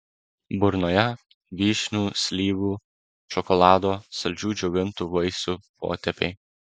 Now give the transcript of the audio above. burnoje vyšnių slyvų šokolado saldžių džiovintų vaisių potėpiai